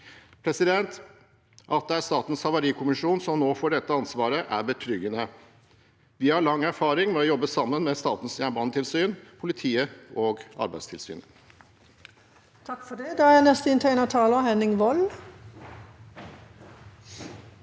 tiltak. At det er Statens havarikommisjon som nå får dette ansvaret, er betryggende. De har lang erfaring med å jobbe sammen med Statens jernbanetilsyn, politiet og Arbeidstilsynet.